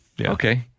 Okay